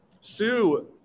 Sue